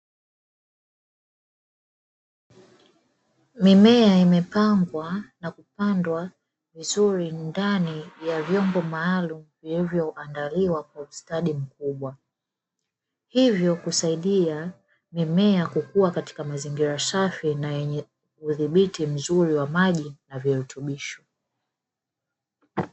Mimea imepangwa na kupandwa vizuri ndani ya vyombo maalumu vilivo andaliwa kwa ustadi mkubwa. Hivo kusaidia mimea kukua katika mazingira safi na yenye udhibiti wa maji yenye virutubisho.